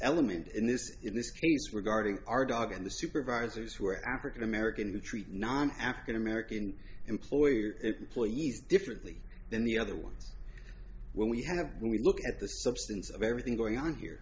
element in this in this case regarding our dog and the supervisors who are african american who treat unarmed african american employer employees differently than the other ones when we have when we look at the substance of everything going on here